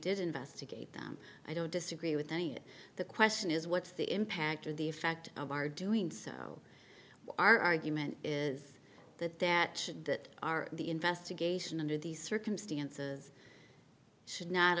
did investigate them i don't disagree with any the question is what's the impact or the fact of our doing so our argument is that that should that are the investigation under these circumstances should not